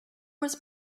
was